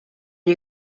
you